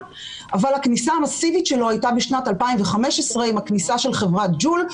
אבל הכניסה המסיבית שלו הייתה בשנת 2015 עם הכניסה של חברת ג'ול,